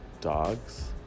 dogs